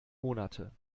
monate